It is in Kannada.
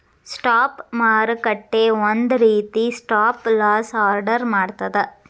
ಸ್ಟಾಪ್ ಮಾರುಕಟ್ಟೆ ಒಂದ ರೇತಿ ಸ್ಟಾಪ್ ಲಾಸ್ ಆರ್ಡರ್ ಮಾಡ್ತದ